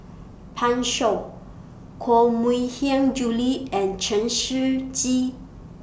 Pan Shou Koh Mui Hiang Julie and Chen Shiji